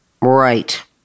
right